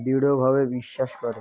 দৃঢ়ভাবে বিশ্বাস করে